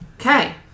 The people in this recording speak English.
Okay